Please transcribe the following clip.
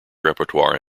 repertoire